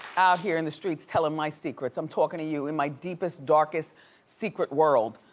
here in the streets telling my secrets. i'm talking to you in my deepest, darkest secret world,